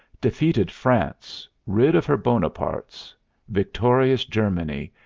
defeated france, rid of her bonapartes victorious germany,